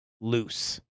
loose